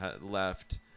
left